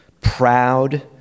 proud